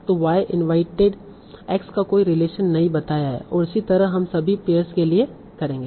तो Y invited X का कोई रिलेशन नहीं बताया है और इसी तरह हम सभी पेयर्स के लिए करेंगे